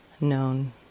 known